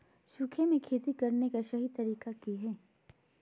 सूखे में खेती करने का सही तरीका की हैय?